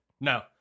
No